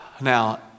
Now